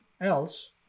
else